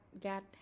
get